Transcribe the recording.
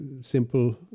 simple